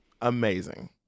amazing